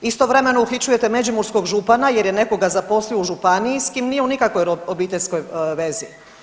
Istovremeno uhićujete međimurskog župana jer je nekoga zaposlio u županiji s kim nije u nikakvoj obiteljskoj vezi.